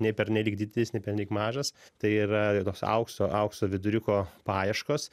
nei pernelyg didelis nei pernelyg mažas tai yra ir toks aukso aukso viduriuko paieškos